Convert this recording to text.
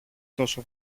τόσο